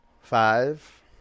Five